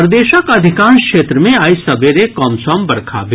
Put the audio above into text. प्रदेशक अधिकांश क्षेत्र मे आइ सबेरे कमसम बरखा भेल